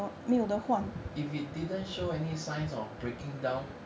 if it didn't show any signs of breaking down